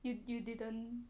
you you didn't